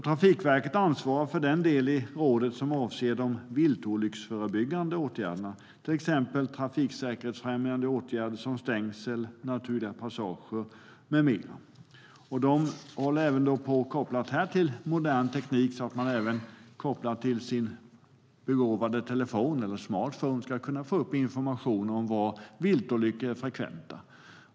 Trafikverket ansvarar för den del i rådet som avser de viltolycksförebyggande åtgärderna, till exempel trafiksäkerhetsfrämjande åtgärder som stängsel, naturliga passager med mera. Även detta är kopplat till modern teknik, så att man med sin smartphone ska kunna få upp information om var viltolyckor är frekventa.